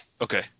Okay